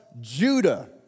Judah